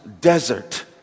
desert